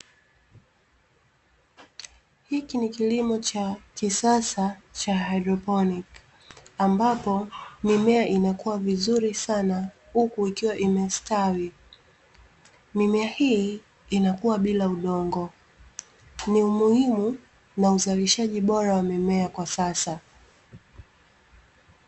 Hiki ni kilimo cha kisasa cha haidroponi, ambapo mimea inakua vizuri sana, huku ikiwa imestawi. Mimea hii inakua bila udongo. Ni umuhimu na uzalishaji bora wa mimea kwa sasa.